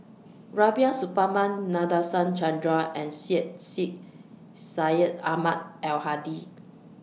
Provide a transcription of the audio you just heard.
Rubiah Suparman Nadasen Chandra and Syed Sheikh Syed Ahmad Al Hadi